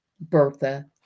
Bertha